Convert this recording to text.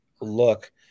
look